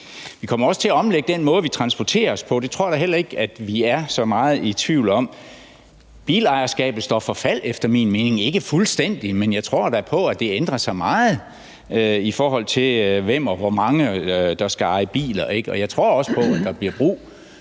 Vi kommer også til at omlægge den måde, vi transporterer os på. Det tror jeg da heller ikke vi er så meget i tvivl om. Bilejerskabet står for fald efter min mening – ikke fuldstændig, men jeg tror da på, at det ændrer sig meget, i forhold til hvem og hvor mange der skal eje biler. Jeg tror også på, at der bliver brug